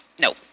nope